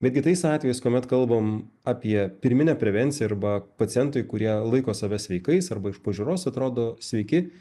bet kitais atvejais kuomet kalbam apie pirminę prevenciją arba pacientai kurie laiko save sveikais arba iš pažiūros atrodo sveiki